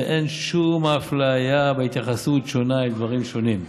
ואין שום אפליה בהתייחסות שונה אל דברים שונים.